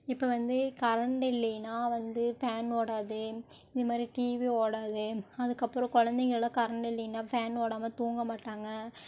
இப்போ வந்து கரண்டு இல்லைன்னா வந்து ஃபேன் ஓடாது இது மாதிரி டிவி ஓடாது அதுக்கப்பறம் குழந்தைங்கள்லாம் கரண்டு இல்லைன்னா ஃபேன் ஓடாமல் தூங்க மாட்டாங்க